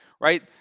right